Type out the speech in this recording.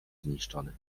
zniszczony